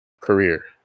career